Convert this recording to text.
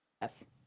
Yes